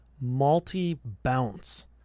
multi-bounce